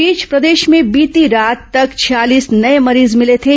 इस बीच प्रदेश में बीती रात तक छियालीस नये मरीज मिले थे